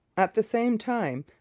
at the same time,